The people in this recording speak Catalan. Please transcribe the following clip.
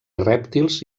rèptils